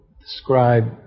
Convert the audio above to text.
describe